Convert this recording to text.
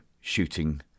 shooting